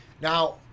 Now